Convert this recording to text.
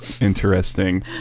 Interesting